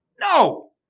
No